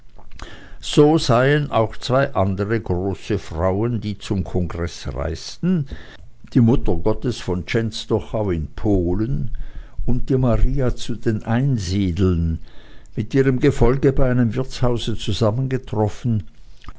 so seien auch zwei andere große frauen die zum kongreß reisten die mutter gottes von czenstochau in polen und die maria zu den einsiedeln mit ihrem gefolge bei einem wirtshause zusammengetroffen